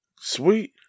Sweet